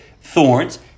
thorns